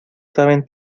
saben